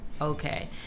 okay